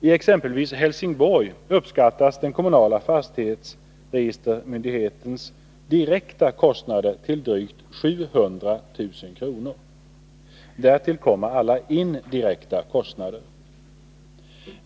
I exempelvis Helsingborg uppskattas den kommunala fastighetsregistermyndighetens direkta kostnader till drygt 700 000 kr. Därtill kommer alla indirekta kostnader.